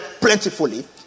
plentifully